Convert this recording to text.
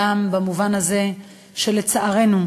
גם, לצערנו,